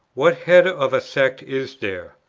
what head of a sect is there?